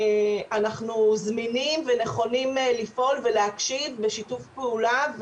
אנחנו זמינים ונכונים לפעול ולהקשיב בשיתוף פעולה,